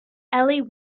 ellie